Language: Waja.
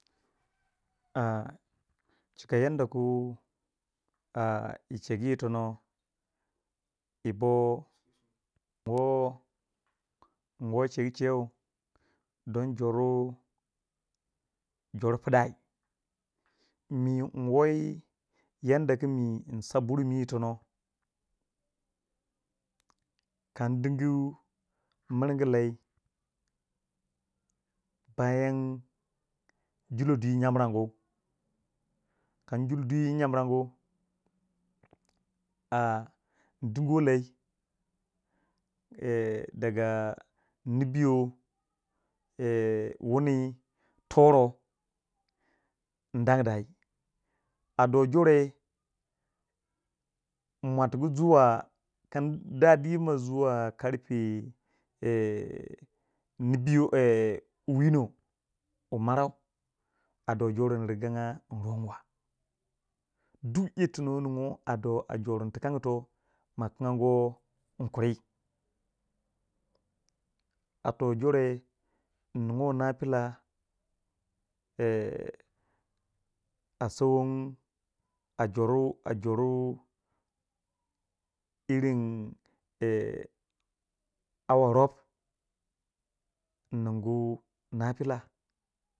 a chika yanda ku a yi chegu yi tonou yi bo yi bo nwo chegu cheu don joru jor pidyi, mi nwo yi yan da ku min sa buri mi yi tono, kan dingi miringi ley bayan julo dwi yemrangu kan jul dwi yi jamrangu a din guwei lai da ga nibiyo, wini, toro, nda dayi a don jore yin mo tu gu zuwa kan dah dima zuwa karfe nibiyo karfe win wu marau a doh joren yin gajanga yi ronwa duk yirti no ningwe a do jor wai ma ningi mi renwa inkwiri a toh jore iningu na pila a sawon a joru a joru hour rob ningu na pila.